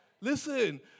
Listen